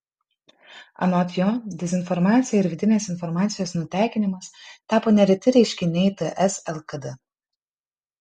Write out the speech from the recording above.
anot jo dezinformacija ir vidinės informacijos nutekinimas tapo nereti reiškiniai ts lkd